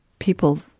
people